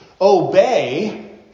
obey